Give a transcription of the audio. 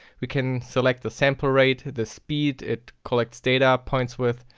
we can select the sample rate, the speed it collects data points with.